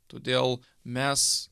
todėl mes